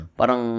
parang